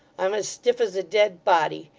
i'm as stiff as a dead body,